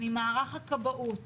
ממערך הכבאות